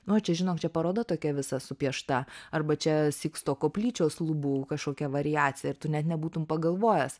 nu čia žinok čia paroda tokia visa supiešta arba čia siksto koplyčios lubų kažkokia variacija ir tu net nebūtum pagalvojęs